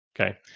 Okay